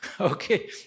okay